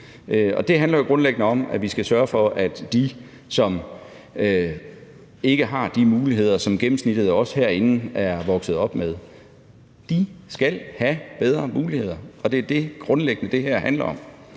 Det handler jo grundlæggende om, at vi skal sørge for, at de, som ikke har de muligheder, som gennemsnittet af os herinde er vokset op med, skal have bedre muligheder, og det er det, det her grundlæggende handler om.